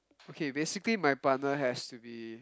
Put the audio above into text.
okay basically my partner has to be